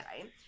right